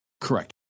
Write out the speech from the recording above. Correct